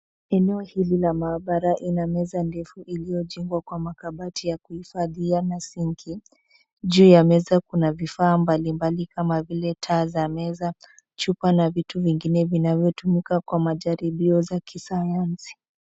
Eneo hili la maabara ina meza ndefu iliyojengwa kwa makabati ya kuhifadhia na sinki. Juu ya meza kuna vifaa mbalimbali kama vile taa za meza, chupa na vitu vingine vinavyotumika kwa majaribio za kisayansi.